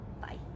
bye